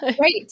right